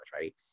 right